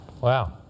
Wow